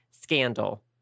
scandal